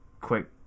quick